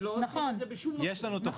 נכון, זה לא רק, זה לא רק.